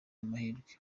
amahirwe